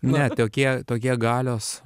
ne tokie tokie galios